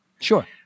sure